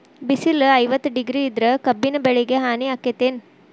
ಬಿಸಿಲ ಐವತ್ತ ಡಿಗ್ರಿ ಇದ್ರ ಕಬ್ಬಿನ ಬೆಳಿಗೆ ಹಾನಿ ಆಕೆತ್ತಿ ಏನ್?